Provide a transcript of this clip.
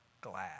glad